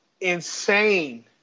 insane